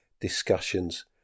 discussions